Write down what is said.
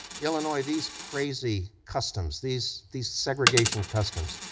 illinois, these crazy customs, these these segregation customs,